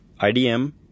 IDM